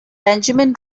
benjamin